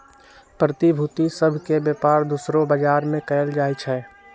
प्रतिभूति सभ के बेपार दोसरो बजार में कएल जाइ छइ